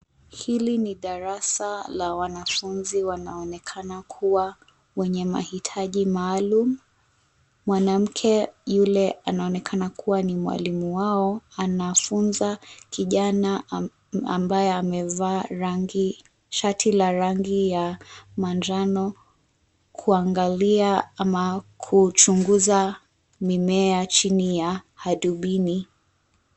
Hili ni darasa la wanafunzi wanaoonekana kuwa, wenye mahitaji maalum, mwanamke yule anaonekana kuwa ni mwalimu wao, anafunza kijana ambaye amevaa rangi, shati la rangi ya manjano, kuangalia ama kuuchunguza, mimea chini ya hadubini.